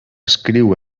escriu